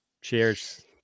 Cheers